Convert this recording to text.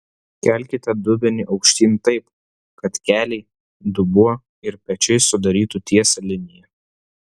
kelkite dubenį aukštyn taip kad keliai dubuo ir pečiai sudarytų tiesią liniją